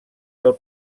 del